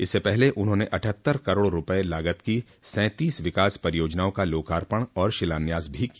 इससे पहले उन्होंने अठहत्तर करोड़ रूपये लागत की सैंतीस विकास परियोजनाओं का लोकार्पण और शिलान्यास भी किया